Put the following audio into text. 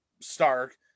Stark